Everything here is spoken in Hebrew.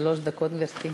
שלוש דקות, גברתי.